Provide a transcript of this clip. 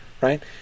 right